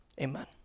Amen